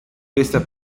questa